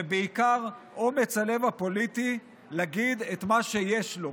ובעיקר אומץ הלב הפוליטי להגיד את מה שיש לו.